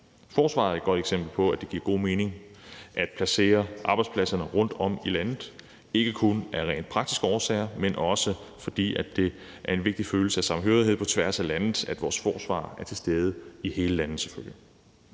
Forsvaret er et godt eksempel på, at det giver god mening at placere arbejdspladserne rundtom i landet – ikke kun af rent praktiske årsager, men også fordi det giver en vigtig følelse af samhørighed på tværs af landet, at vores forsvar selvfølgelig er til stede i hele landet.